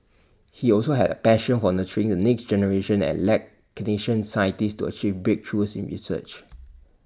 he also had A passion for nurturing the next generation and led clinician scientists to achieve breakthroughs in research